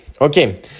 okay